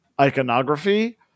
iconography